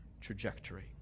trajectory